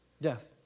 Death